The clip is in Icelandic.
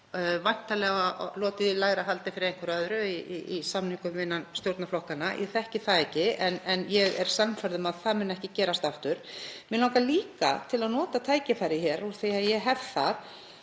væntanlega lotið í lægra haldi fyrir einhverju öðru í samningum innan stjórnarflokkanna, ég þekki það ekki, en ég er sannfærð um að það muni ekki gerast aftur. Mig langar líka til að nota tækifærið, úr því að ég hef það,